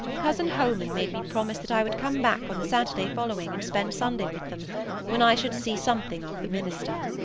cousin holman made me promise that i would come back on the saturday following and spend sunday with them when i should see something of the minister.